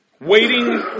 Waiting